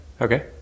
okay